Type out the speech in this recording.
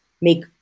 make